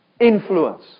Influence